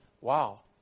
wow